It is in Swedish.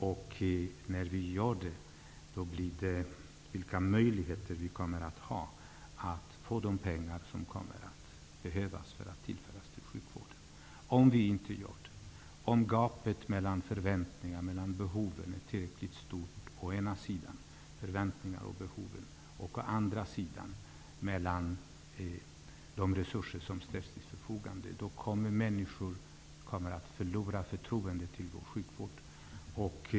Och när vi gör det, blir frågan vilka möjligheter vi har att få de pengar som kommer att behöva tillföras sjukvården. Om gapet är tillräckligt stort mellan å ena sidan förväntningar och behov och å andra sidan de resurser som ställs till förfogande, kommer människor att förlora förtroendet för vår sjukvård.